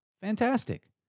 fantastic